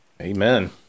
Amen